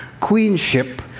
queenship